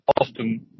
often